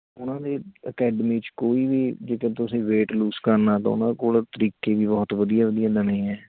ਉਹਨਾਂ ਦੀ ਅਕੈਡਮੀ 'ਚ ਕੋਈ ਵੀ ਜੇਕਰ ਤੁਸੀਂ ਵੇਟ ਲੂਸ ਕਰਨਾ ਤਾਂ ਉਹਨਾਂ ਕੋਲ ਤਰੀਕੇ ਵੀ ਬਹੁਤ ਵਧੀਆ ਵਧੀਆ ਨਵੇਂ ਹੈ